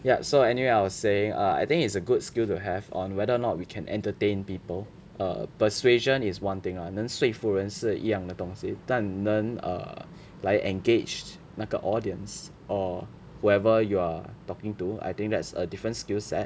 ya so anyway I was saying err I think it's a good skill to have on whether or not we can entertain people err persuasion is one thing lah 能说服人是一样的东西但能 err like engage 那个 audience or whoever you are talking to I think that's a different skill set